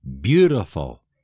beautiful